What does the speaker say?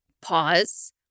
pause